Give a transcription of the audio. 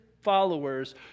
followers